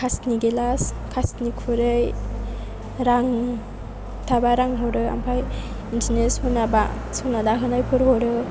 खासनि गेलास खासनि खुरै रां थाबा रां हरो आमफ्राय बिदिनो सना दाहोनायफोर हरो